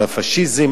על הפאשיזם.